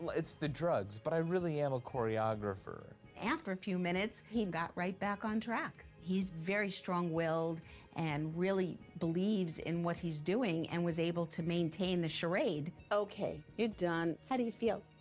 it's the drugs, but i really am a choreographer. after a few minutes, he and got right back on track. he's very strong-willed and really believes in what he's doing and was able to maintain the charade. okay. you're done. how do you feel?